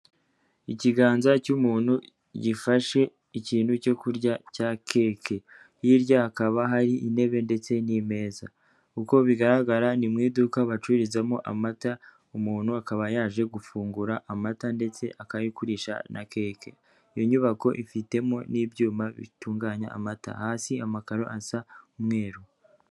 Ikiganza cy'umuntu gifashe ikintu cyo kurya cya keke, hirya hakaba hari intebe ndetse n'imeza. Uko bigaragara ni mu iduka bacururizamo amata, umuntu akaba yaje gufungura amata ndetse akaba arikurisha na keke. Iyo nyubako ifitemo n'ibyuma bitunganya amata, hasi amakaro asa umweru.